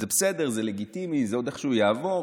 זה בסדר, זה לגיטימי, זה עוד איכשהו יעבור.